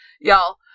y'all